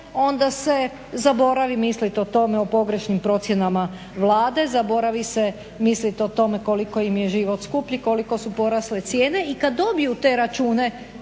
onda se zaboravi mislit o tome o pogrešnim procjenama Vlade, zaboravi se mislit o tome koliko im je život skuplji, koliko su porasle cijene. I kad dobiju te račune